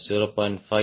4 0